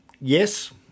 yes